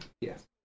Yes